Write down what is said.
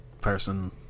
person